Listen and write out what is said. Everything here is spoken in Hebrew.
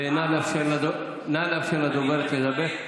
נא לאפשר לדוברת לדבר.